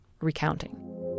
recounting